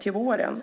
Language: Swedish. till våren.